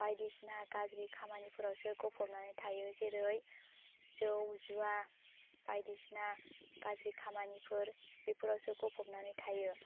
बायदिसिना गाज्रि खामानिफोरावसो गफबनानै थायो जेरै जौ जुवा बायदिसिना गाज्रि खामानिफोर बेफोरावसो गफबनानै थायो